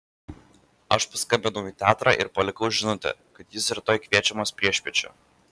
aš paskambinau į teatrą ir palikau žinutę kad jis rytoj kviečiamas priešpiečių